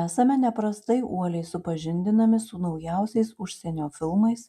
esame neprastai uoliai supažindinami su naujausiais užsienio filmais